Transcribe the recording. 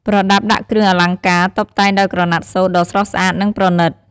ប្រអប់ដាក់គ្រឿងអលង្ការ តុបតែងដោយក្រណាត់សូត្រដ៏ស្រស់ស្អាត និងប្រណិត។